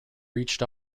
reached